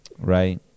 right